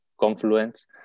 confluence